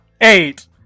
Eight